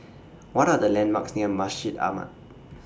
What Are The landmarks near Masjid Ahmad